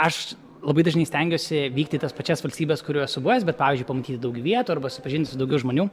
aš labai dažnai stengiuosi vykti į tas pačias valstybes kur jau esu buvęs bet pavyzdžiui pamatyti daug vietų arba susipažinti su daugiau žmonių